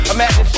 Imagine